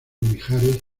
mijares